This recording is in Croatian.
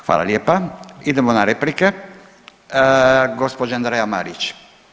Hvala lijepa, idemo na replike, gospođa Andreja Marić.